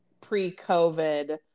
pre-COVID